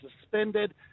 suspended